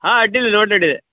ಹಾಂ ಅಡ್ಡಿಲ್ಲ ನೋಡ್ರಿ ಅಡ್ಡಿಲ್ಲ